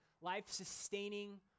life-sustaining